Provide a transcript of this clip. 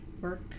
work